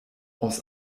aus